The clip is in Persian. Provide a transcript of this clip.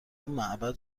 معبد